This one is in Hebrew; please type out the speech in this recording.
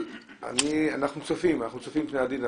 אבל אנחנו צופים פני עתיד,